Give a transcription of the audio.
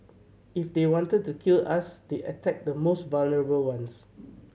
if they wanted to kill us they attack the most vulnerable ones